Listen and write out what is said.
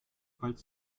falls